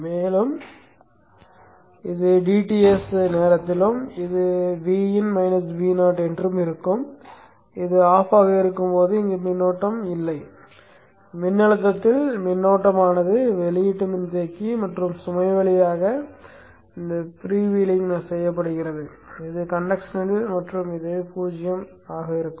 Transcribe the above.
எனவே இது dTs நேரத்திலும் இது Vin Vo ஆகும் இது அணைக்கப்படும் போது இங்கு மின்னோட்டம் இல்லை மின்னழுத்தத்தில் மின்னோட்டமானது வெளியீட்டு மின்தேக்கி மற்றும் சுமை வழியாக ஃப்ரீவீலிங் செய்யப்படுகிறது இது கண்டக்ட் செய்கிறது மற்றும் இது 0 ஆகும்